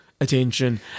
attention